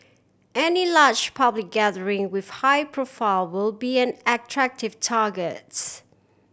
any large public gathering with high profile will be an attractive targets